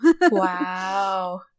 Wow